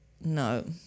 No